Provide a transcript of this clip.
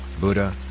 Buddha